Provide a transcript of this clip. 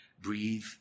breathe